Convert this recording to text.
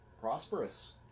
prosperous